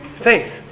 Faith